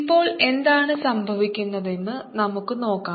ഇപ്പോൾ എന്താണ് സംഭവിക്കുന്നതെന്ന് നമുക്ക് നോക്കാം